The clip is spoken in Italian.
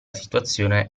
situazione